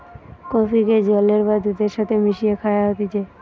কফিকে জলের বা দুধের সাথে মিশিয়ে খায়া হতিছে